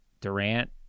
Durant